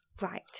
Right